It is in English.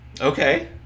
Okay